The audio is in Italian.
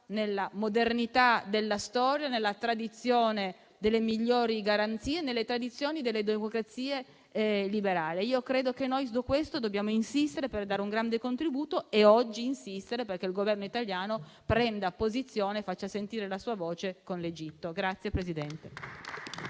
nella modernità della storia, nella tradizione delle migliori garanzie, nella tradizione delle democrazie liberali. Credo che noi su questo dobbiamo insistere per dare un grande contributo e oggi fare in modo che il Governo italiano prenda posizione e faccia sentire la sua voce con l'Egitto.